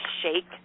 shake